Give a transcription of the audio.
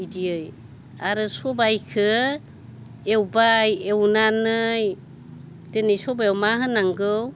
बिदियै आरो सबाइखौ एवबाय एवनानै दिनै सबाइआव मा होनांगौ